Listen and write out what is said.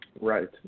Right